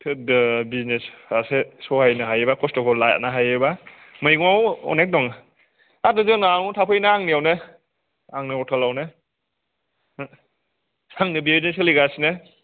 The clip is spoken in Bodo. बिजिनेस आसो सहायनो हायोबा खस्थ'खौ लानो हायोबा मैगंआव अनेख दं हा बे जोंनावनो थाफैना आंनिआवनो आंनि हटेलआवनो आंनो बेबायदि सोलिगासिनो